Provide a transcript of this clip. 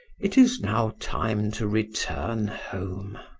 it is now time to return home.